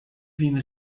vin